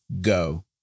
go